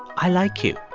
i like you.